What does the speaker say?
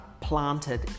planted